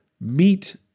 meet